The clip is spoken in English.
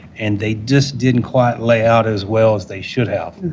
and they just didn't quite lay out as well as they should have.